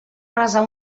resar